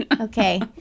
Okay